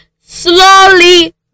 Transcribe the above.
slowly